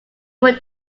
would